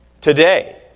today